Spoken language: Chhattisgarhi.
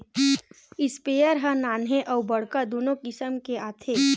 इस्पेयर ह नान्हे अउ बड़का दुनो किसम के आथे